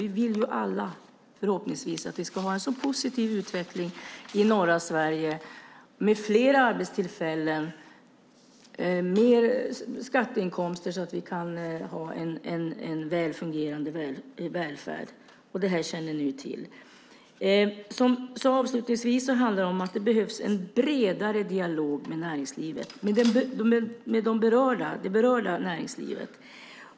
Vi vill alla, förhoppningsvis, ha en positiv utveckling i norra Sverige med fler arbetstillfällen som ger skatteinkomster så att vi kan ha en väl fungerande välfärd. Det känner ni ju till. Det behövs alltså en bredare dialog med det berörda näringslivet.